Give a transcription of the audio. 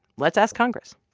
let's ask congress.